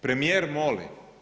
Premijer moli.